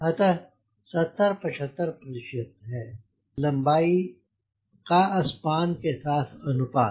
अतः 70 75 प्रतिशत है लम्बाई का स्पान के साथ अनुपात